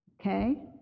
Okay